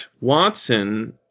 Watson